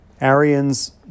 Arians